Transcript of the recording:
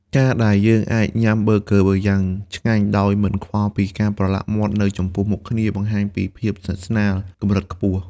ការដែលយើងអាចញ៉ាំប៊ឺហ្គឺយ៉ាងឆ្ងាញ់ដោយមិនខ្វល់ពីការប្រឡាក់មាត់នៅចំពោះមុខគ្នា បង្ហាញពីភាពស្និទ្ធស្នាលកម្រិតខ្ពស់។